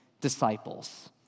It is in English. disciples